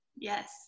Yes